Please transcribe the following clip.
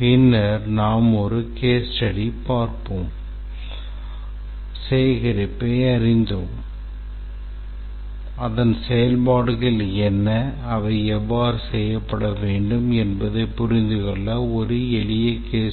பின்னர் நாம் ஒரு case study பார்ப்போம் அதன் செயல்பாடுகள் என்ன அவை எவ்வாறு செய்யப்படவேண்டும் என்பதைப் புரிந்துகொள்ள ஒரு எளிய case study